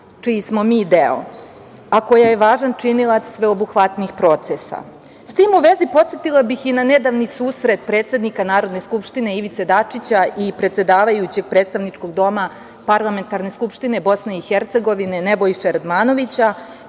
čiji smo mi deo, a koja je i važan činilac sveobuhvatnih procesa.S tim u vezi, podsetila bih i na nedavni susret predsednika Narodne skupštine, Ivice Dačića i predsedavajućeg Predstavničkog doma Parlamentarne skupštine BiH Nebojše Radmanovića,